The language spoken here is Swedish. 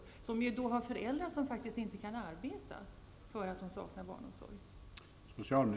Dessa barn har ju föräldrar som faktiskt inte kan arbeta på grund av att de saknar barnomsorg för sina barn.